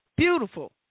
beautiful